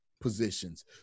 positions